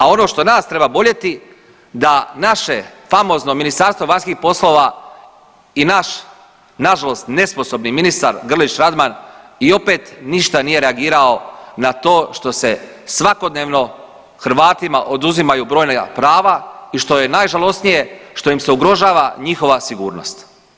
A ono što nas treba boljeti, da naše famozno Ministarstvo vanjskih poslova i naš nažalost nesposobni ministar Grlić Radman i opet ništa nije reagirao na to što se svakodnevno Hrvatima oduzimaju brojna prava i što je najžalosnije, što im se ugrožava njihova sigurnost.